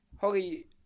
Holly